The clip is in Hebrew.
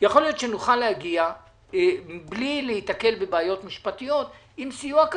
יכול להיות שנוכל להגיע מבלי להיתקל בבעיות משפטיות עם סיוע,